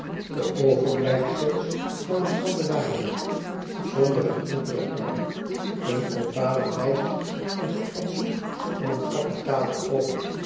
de overblijfsels van een candelabre zonder een enkelen arm een ovale lijst van het fatsoen van een kapitale